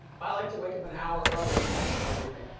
i like to wake up an hour early and catch up on everything.